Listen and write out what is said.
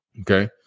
Okay